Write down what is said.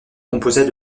composait